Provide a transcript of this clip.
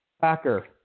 Packer